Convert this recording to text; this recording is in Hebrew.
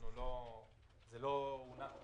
זה לא הונח בפנינו.